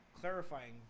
Clarifying